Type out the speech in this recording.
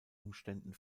umständen